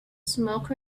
smoke